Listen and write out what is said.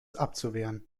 abzuwehren